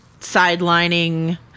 sidelining